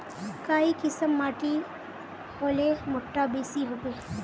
काई किसम माटी होले भुट्टा बेसी होबे?